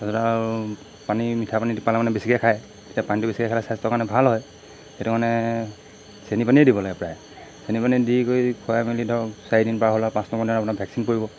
তাৰপিছত আৰু পানী মিঠা পানীটো পালে মানে বেছিকৈ খায় তেতিয়া পানীটো বেছিকৈ খাই স্বাস্থ্যৰ কাৰণে ভাল হয় সেইটো কাৰণে চেনি পানীয়েই দিব লাগে প্ৰায় চেনি পানী দি কৰি খোৱাই মেলি ধৰক চাৰি দিন পাৰ হ'ল আৰু পাঁচ নম্বৰ দিনাখন আপোনাক ভেকচিন পৰিব